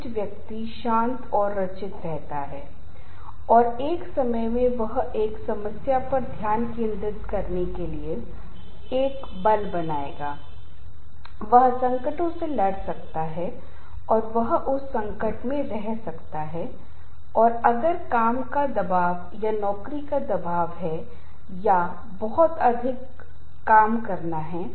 और यहाँ आप तनाव के कुछ परिणामों का पता लगा सकते हैं इसके शारीरिक परिणाम मनोवैज्ञानिक परिणाम और व्यवहार के परिणाम हो सकते हैं और संगठन के संदर्भ में आप पाएंगे कि यदि आप चरम तनाव से पीड़ित हैं या तनाव के लगातार संपर्क में रहने से जलन होती है और अगर आप लगातार तनाव या उच्च तनाव का अनुभव कर रहे हैं तो यह हृदय रोग को जन्म देगा इससे अल्सर उच्च रक्तचाप सिरदर्द नींद में गड़बड़ी बीमारी बढ़ जाएगी और ये शारीरिक तंत्र परेशान होंगे